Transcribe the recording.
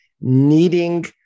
needing